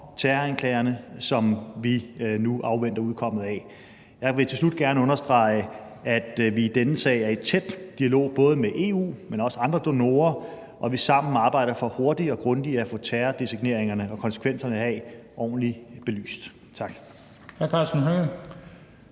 terroranklagerne, som vi nu afventer udkommet af. Jeg vil til slut gerne understrege, at vi i denne sag er i tæt dialog både med EU, men også andre donorer, og at vi sammen arbejder for hurtigt og grundigt at få terrordesigneringerne og konsekvenserne heraf ordentligt belyst. Tak.